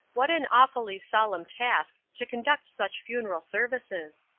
what an awfully solemn task to conduct such funeral services.